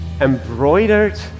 embroidered